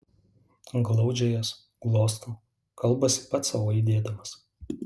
glaudžia jas glosto kalbasi pats sau aidėdamas